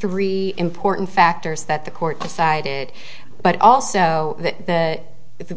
three important factors that the court decided but also that the